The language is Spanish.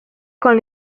con